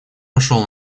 вошел